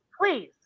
please